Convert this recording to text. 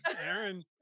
Aaron